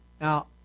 Now